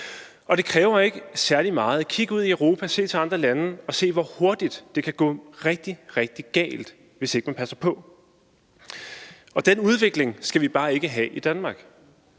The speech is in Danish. og det kræver ikke særlig meget. Kig ud i Europa, se til andre lande og se, hvor hurtigt det kan gå rigtig, rigtig galt, hvis ikke man passer på. Den udvikling skal vi bare ikke have i Danmark,